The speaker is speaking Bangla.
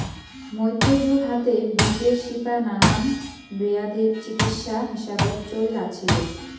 মইধ্যযুগ হাতে, বিটের শিপা নানান বেয়াধির চিকিৎসা হিসাবত চইল আছিল